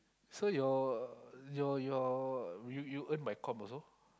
so your your your you you earn by com also